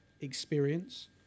experience